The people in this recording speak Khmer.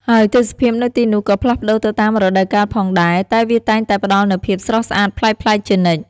ហើយទេសភាពនៅទីនោះក៏ផ្លាស់ប្តូរទៅតាមរដូវកាលផងដែរ តែវាតែងតែផ្តល់នូវភាពស្រស់ស្អាតប្លែកៗជានិច្ច។